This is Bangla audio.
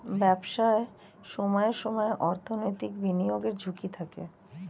ব্যবসায় সময়ে সময়ে অর্থনৈতিক বিনিয়োগের ঝুঁকি থাকে